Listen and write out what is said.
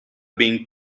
being